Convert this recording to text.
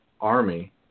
army